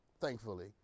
thankfully